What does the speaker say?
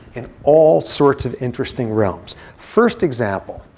in all sorts of interesting realms. first example,